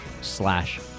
slash